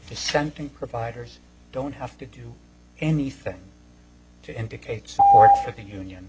dissenting providers don't have to do anything to indicates that the union